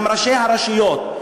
גם ראשי הרשויות,